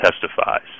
testifies